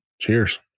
Cheers